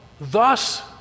thus